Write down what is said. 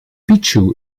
picchu